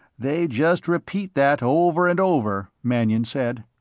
they just repeat that over and over, mannion said.